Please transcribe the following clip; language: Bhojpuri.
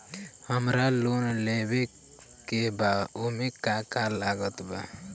हमरा लोन लेवे के बा ओमे का का लागत बा?